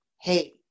Hey